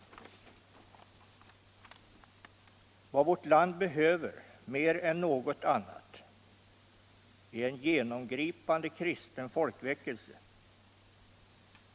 Vad vårt land behöver mer än någonting annat är en genomgripande kristen folkväckelse.